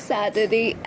Saturday